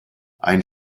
ein